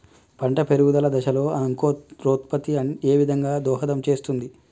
పంట పెరుగుదల దశలో అంకురోత్ఫత్తి ఏ విధంగా దోహదం చేస్తుంది?